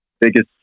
biggest